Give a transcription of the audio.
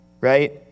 right